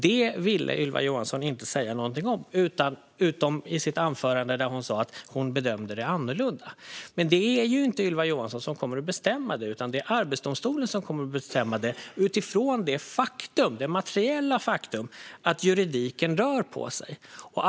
Detta ville Ylva Johansson inte säga något om utom i sitt anförande där hon sa att hon bedömde det annorlunda. Men det är ju inte Ylva Johansson som kommer att bestämma detta. Det är Arbetsdomstolen som kommer att bestämma det utifrån det materiella faktum att juridiken rör på sig.